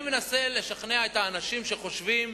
אני מנסה לשכנע את האנשים שחושבים